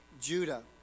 Judah